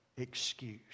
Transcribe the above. excuse